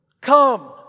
come